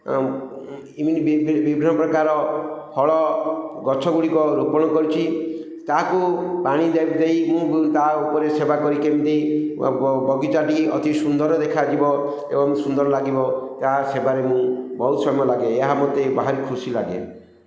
ତ ଏମିତି ବିଭିନ୍ନ ପ୍ରକାର ଫଳ ଗଛ ଗୁଡ଼ିକ ରୋପଣ କରିଛି ତାହାକୁ ପାଣି ଦେଇ ମୁଁ ତା' ଉପରେ ସେବା କରି କେମିତି ବଗିଚାଟି ଅତି ସୁନ୍ଦର ଦେଖାଯିବ ଏବଂ ସୁନ୍ଦର ଲାଗିବ ତା' ସେବାରେ ମୁଁ ବହୁତ ସମୟ ଲଗାଏ ଏହା ମୋତେ ଭାରି ଖୁସି ଲାଗେ